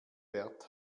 wert